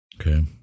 Okay